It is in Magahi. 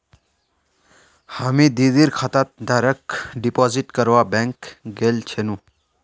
हामी दीदीर खातात डायरेक्ट डिपॉजिट करवा बैंक गेल छिनु